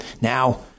Now